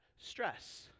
stress